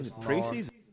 pre-season